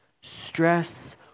Stress